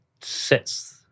sets